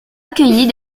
accueilli